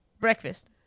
breakfast